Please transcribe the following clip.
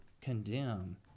condemn